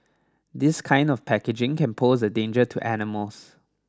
this kind of packaging can pose a danger to animals